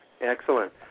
Excellent